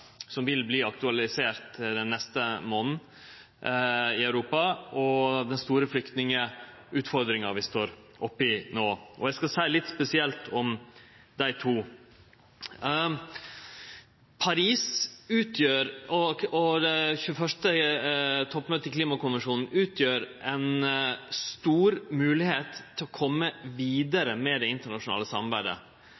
som vil verte aktualisert i Europa den neste månaden, og den store flyktningutfordringa vi står oppe i no. Eg skal seie noko spesielt om dei to. Toppmøtet i Paris og Klimakonvensjonen utgjer ei stor moglegheit til å kome vidare med det internasjonale samarbeidet. Eg trur eg må understreke kor alvorleg det er å